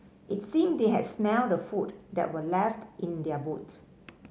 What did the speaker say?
it seemed they had smelt the food that were left in their boot